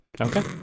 Okay